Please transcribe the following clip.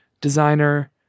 designer